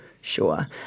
sure